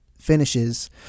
finishes